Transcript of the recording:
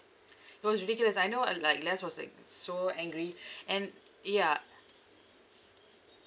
it was ridiculous I know uh like lex was like so angry and yeah